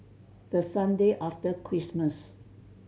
the Sunday after Christmas